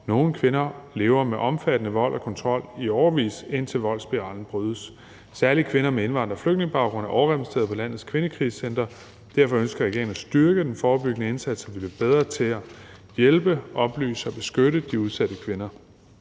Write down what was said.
Nogle kvinder lever med omfattende vold og kontrol i årevis, indtil voldsspiralen brydes. Særlig kvinder med indvandrer- og flygtningebaggrund er overrepræsenteret på landets kvindekrisecentre, og derfor ønsker regeringen at styrke den forebyggende indsats, så vi kan blive bedre til at hjælpe, oplyse og beskytte de udsatte kvinder.